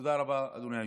תודה רבה, אדוני היושב-ראש.